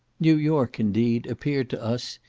new york, indeed, appeared to us,